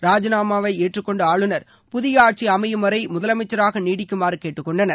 ராஜினாமாவை ஏற்றுக்கொண்ட ஆளுநர் புதிய ஆட்சி அமையும்வரை முதலமைச்சராக நீடிக்குமாறு கேட்டுக்கொண்டார்